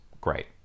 great